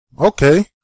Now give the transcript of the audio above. okay